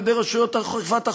על-ידי רשויות אכיפת החוק,